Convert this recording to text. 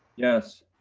yes.